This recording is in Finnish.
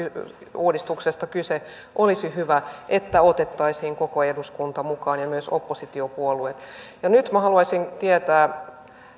uudistuksesta kyse olisi hyvä että otettaisiin koko eduskunta mukaan ja myös oppositiopuolueet nyt minä haluaisin tietää